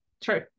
True